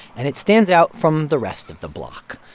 and it stands out from the rest of the block.